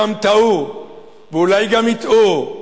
גם טעו ואולי גם יטעו,